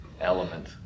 element